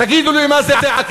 תגידו לי מה זה עקירה,